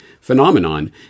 phenomenon